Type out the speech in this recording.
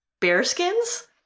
bearskins